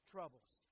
Troubles